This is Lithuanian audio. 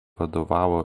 vadovavo